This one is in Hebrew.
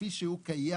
כפי שהוא קיים,